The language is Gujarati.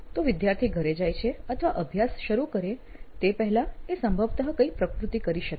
તો વિદ્યાર્થી ઘરે જાય અથવા અભ્યાસ શરુ કરે તે પહેલા એ સંભવતઃ કઈ પ્રવૃત્તિ કરી શકે